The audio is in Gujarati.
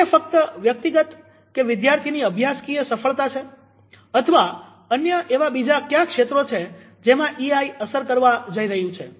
શું તે ફક્ત વ્યક્તિગત કે વિદ્યાર્થીઓની અભ્યાસકીય સફળતા છે અથવા અન્ય એવા બીજા ક્યા ક્ષેત્રો છે જેમાં ઈઆઈ અસર કરવા જઈ રહ્યું છે